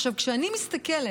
עכשיו, כשאני מסתכלת